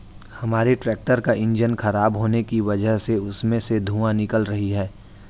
हमारे ट्रैक्टर का इंजन खराब होने की वजह से उसमें से धुआँ निकल रही है